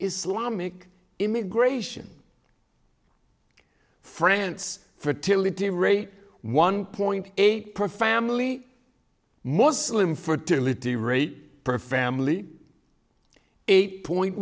islamic immigration france fertility rate one point eight per family muslim for two lity rate per family eight point